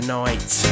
night